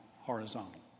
horizontal